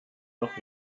noch